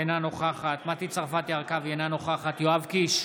אינה נוכחת מטי צרפתי הרכבי, אינה נוכחת יואב קיש,